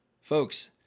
Folks